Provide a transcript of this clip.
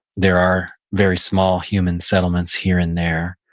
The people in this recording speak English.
there are very small human settlements here and there.